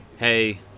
Hey